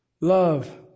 love